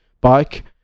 bike